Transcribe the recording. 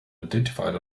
identified